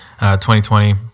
2020